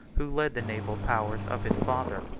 who led the naval powers of his father.